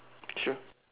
sure